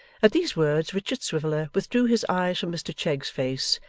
at these words richard swiviller withdrew his eyes from mr chegg's face,